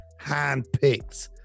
handpicked